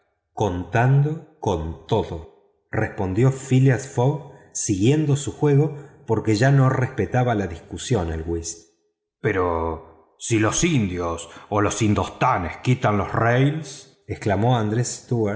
contando con todo respondió phileas fogg siguiendo su juego porque ya no respetaba la discusión el whist pero si los indios o los indostanes quitan las vías exclamó andrés